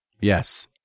Yes